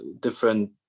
different